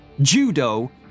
Judo